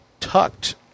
tucked